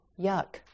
yuck